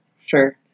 sure